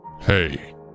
Hey